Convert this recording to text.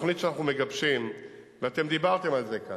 יש הרבה דברים שאנחנו מגיעים אליהם במחלות קשות,